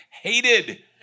hated